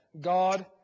God